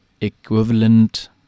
equivalent